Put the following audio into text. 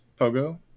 Pogo